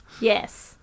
Yes